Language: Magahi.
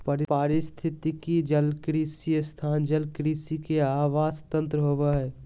पारिस्थितिकी जलकृषि स्थान जलकृषि के आवास तंत्र होबा हइ